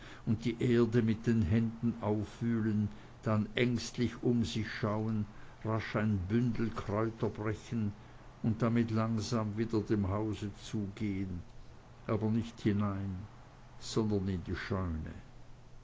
und die erde mit den händen aufwühlen dann ängstlich um sich schauen rasch ein bündel kräuter brechen und damit langsam wieder dem hause zugehen aber nicht hinein sondern in die scheune